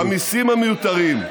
במיסים המיותרים,